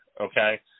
okay